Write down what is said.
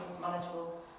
manageable